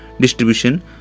distribution